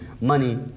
money